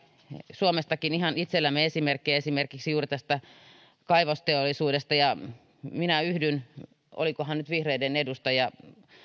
suomestakin ihan itsellämme esimerkkejä esimerkiksi juuri kaivosteollisuudesta minä yhdyn siihen mitä olikohan nyt vihreiden edustaja